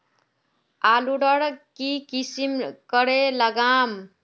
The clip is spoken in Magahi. आलूर की किसम करे लागम?